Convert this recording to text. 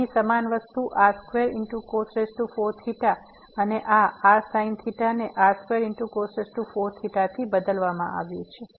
અહીં સમાન વસ્તુ r2 અને આ rsin ને r2 થી બદલવામાં આવ્યું છે